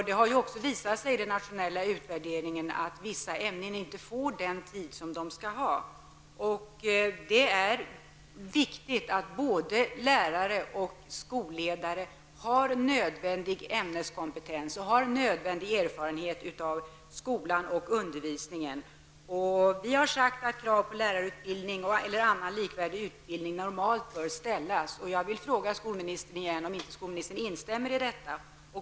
Den nationella utvärderingen har också visat att vissa ämnen inte får den tid som de skall ha. Det är viktigt att både lärare och skolledare har nödvändig ämneskompetens och nödvändig erfarenhet av skola och undervisning. Vi har sagt att krav på lärarutbildning eller annan likvärdig utbildning normalt bör ställas. Jag vill fråga skolministern om han inte instämmer i detta.